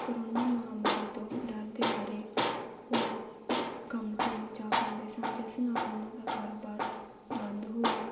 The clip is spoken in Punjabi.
ਕਰੋਨਾ ਮਹਾਮਾਰੀ ਤੋਂ ਡਰਦੇ ਮਾਰੇ ਉਹ ਕੰਮ 'ਤੇ ਨਹੀਂ ਜਾ ਪਾਉਂਦੇ ਸਨ ਜਿਸ ਨਾਲ ਉਨ੍ਹਾਂ ਦਾ ਕਾਰੋਬਾਰ ਬੰਦ ਹੋ ਗਿਆ